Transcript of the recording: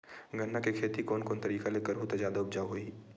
गन्ना के खेती कोन कोन तरीका ले करहु त जादा उपजाऊ होही?